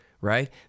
right